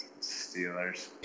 Steelers